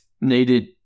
needed